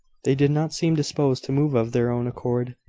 they did not seem disposed to move of their own accord.